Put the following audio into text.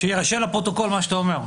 שיירשם לפרוטוקול מה שאתה אומר.